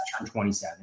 27